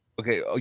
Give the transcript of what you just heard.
okay